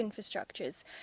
infrastructures